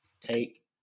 take